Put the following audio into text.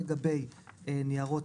אני אשמח לבדוק את הנושא